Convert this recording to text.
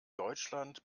deutschland